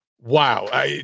wow